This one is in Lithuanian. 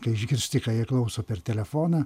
kai išgirsti ką jie klauso per telefoną